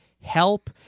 help